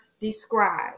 describe